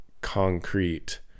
concrete